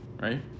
right